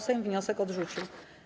Sejm wniosek odrzucił.